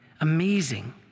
Amazing